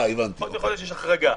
בפחות מחודש יש החרגה.